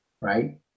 right